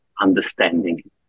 understanding